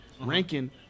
Rankin